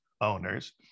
owners